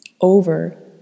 over